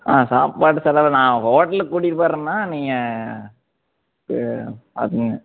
ஆ சாப்பாடு செலவு நான் ஹோட்டலுக்கு கூட்டிகிட்டு போயிட்றேங்ண்ணா நீங்கள் பார்த்துக்கோங்க